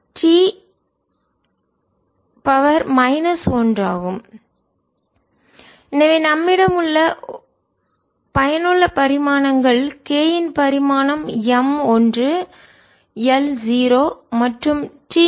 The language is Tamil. k mgvT MLT 2LT 1 k M1L0T 1 எனவே நம்மிடம் உள்ள பயனுள்ள பரிமாணங்கள் k இன் பரிமாணம் M ஒன்று L 0 மற்றும் T 1